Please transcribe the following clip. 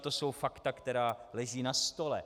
To jsou fakta, která leží na stole.